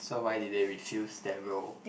so why did they refuse that role